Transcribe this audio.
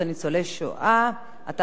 התשע"א 2011,